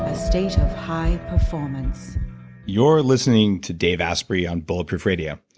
ah state of high performance you're listening to dave asprey on bulletproof radio.